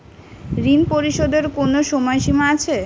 ঋণ পরিশোধের কোনো সময় সীমা আছে?